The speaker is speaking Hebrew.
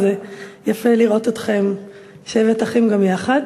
וזה יפה לראות אתכם שבת אחים גם יחד.